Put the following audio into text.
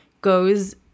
goes